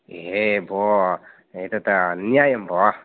ए भो एतद् अन्यायं भो